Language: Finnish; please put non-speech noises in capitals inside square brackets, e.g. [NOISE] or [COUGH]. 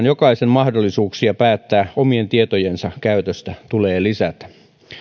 [UNINTELLIGIBLE] jokaisen mahdollisuuksia päättää omien tietojensa käytöstä tulee lisätä